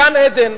גן-עדן.